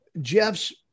Jeff's